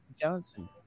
Johnson